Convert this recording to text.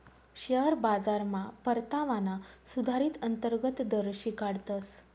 share बाजारमा परतावाना सुधारीत अंतर्गत दर शिकाडतस